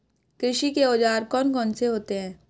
कृषि के औजार कौन कौन से होते हैं?